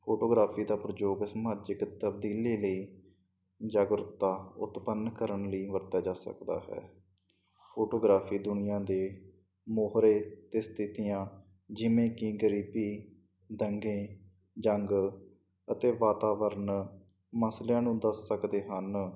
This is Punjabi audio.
ਫੋਟੋਗ੍ਰਾਫੀ ਦਾ ਪ੍ਰਯੋਗ ਸਮਾਜਿਕ ਤਬਦੀਲੀ ਲਈ ਜਾਗਰੂਕਤਾ ਉਤਪੰਨ ਕਰਨ ਲਈ ਵਰਤਿਆ ਜਾ ਸਕਦਾ ਹੈ ਫੋਟੋਗ੍ਰਾਫੀ ਦੁਨੀਆ ਦੇ ਮੋਹਰੇ ਅ ਤੇ ਸਥਿਤੀਆਂ ਜਿਵੇਂ ਕਿ ਗਰੀਬੀ ਦੰਗੇ ਜੰਗ ਅਤੇ ਵਾਤਾਵਰਨ ਮਸਲਿਆਂ ਨੂੰ ਦੱਸ ਸਕਦੇ ਹਨ